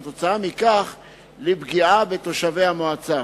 ועקב כך לפגיעה בתושבי המועצה.